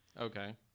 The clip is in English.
Okay